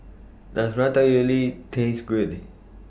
Does Ratatouille Taste Good